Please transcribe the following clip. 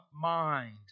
mind